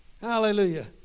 Hallelujah